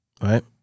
Right